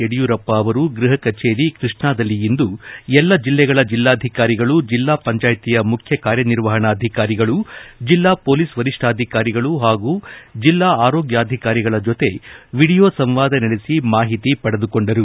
ಯಡಿಯೂರಪ್ಪ ಅವರು ಗೃಹ ಕಚೇರಿ ಕೃಷ್ಣಾದಲ್ಲಿ ಇಂದು ಎಲ್ಲಾ ಜಿಲ್ಲೆಗಳ ಜಿಲ್ಲಾಧಿಕಾರಿಗಳು ಜಿಲ್ಲಾ ಪಂಚಾಯಿತಿಯ ಮುಖ್ಯ ಕಾರ್ಯನಿರ್ವಣಾಧಿಕಾರಿಗಳು ಜಿಲ್ಲಾ ಪೊಲೀಸ್ ವರಿಷ್ಠಾಧಿಕಾರಿಗಳು ಹಾಗೂ ಜಿಲ್ಲಾ ಆರೋಗ್ಯಾಧಿಕಾರಿಗಳ ಜೊತೆ ವಿಡಿಯೋ ಸಂವಾದ ನಡೆಸಿ ಮಾಹಿತಿ ಪಡೆದುಕೊಂಡರು